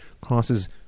crosses